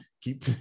keep